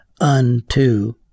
unto